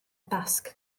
dasg